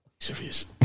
Serious